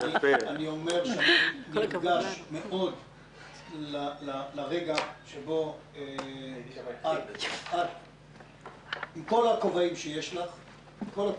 אני נרגש מאוד מכך שאת, על כל הכובעים שאת חובשת,